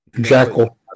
Jackal